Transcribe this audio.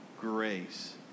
grace